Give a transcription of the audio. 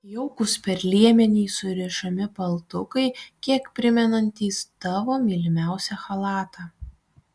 jaukūs per liemenį surišami paltukai kiek primenantys tavo mylimiausią chalatą